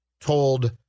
told